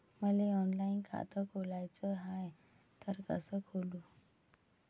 मले ऑनलाईन खातं खोलाचं हाय तर कस खोलू?